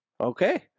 Okay